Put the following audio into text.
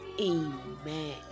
amen